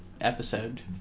episode